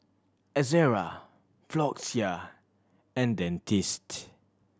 Ezerra Floxia and Dentiste